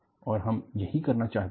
और हम यही करना चाहते थे